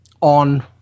on